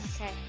Okay